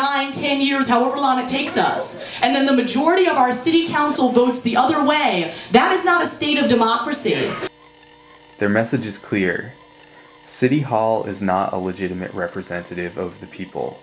nineteen years however long it takes us and then the majority of our city council votes the other way and that is not a state of democracy their message is clear city hall is not a legitimate representative of the people